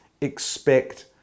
expect